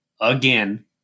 again